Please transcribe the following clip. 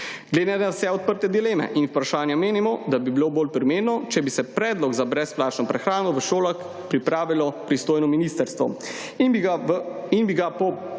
Glede na vse odprte dileme in vprašanja menimo, da bi bilo bolj primerno, če bi predlog za brezplačno prehrano v šolah pripravilo pristojno ministrstvo in bi ga po